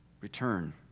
return